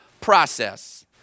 process